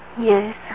Yes